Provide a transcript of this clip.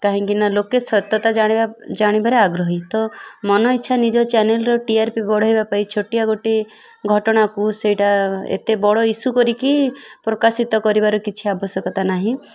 କାହିଁକି ନା ଲୋକେ ସତ୍ୟତା ଜାଣିବାରେ ଆଗ୍ରହୀ ତ ମନ ଇଚ୍ଛା ନିଜ ଚ୍ୟାନେଲ୍ର ଟି ଆର୍ ପି ବଢ଼େଇବା ପାଇଁ ଛୋଟିଆ ଗୋଟିଏ ଘଟଣାକୁ ସେଇଟା ଏତେ ବଡ଼ ଇସୁ କରିକି ପ୍ରକାଶିତ କରିବାର କିଛି ଆବଶ୍ୟକତା ନାହିଁ